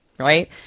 right